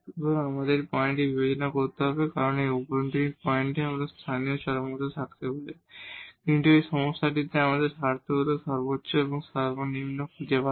সুতরাং আমাদের এই পয়েন্টটি বিবেচনা করতে হবে কারণ এই ইনটিরিওর পয়েন্টে আমাদের লোকাল এক্সট্রিমা থাকতে পারে কিন্তু এই সমস্যাটিতে আমাদের করনীয় হল মাক্সিমাম মিনিমাম খুঁজে বের করা